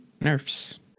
nerfs